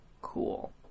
cool